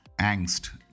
angst